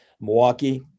Milwaukee